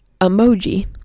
emoji